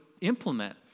implement